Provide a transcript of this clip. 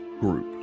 group